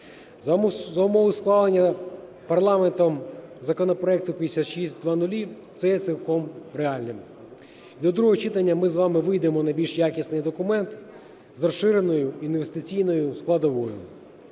За умови схвалення парламентом законопроекту 5600 це є цілком реальним. До другого читання ми з вами вийдемо на більш якісний документ з розширеною інвестиційною складовою.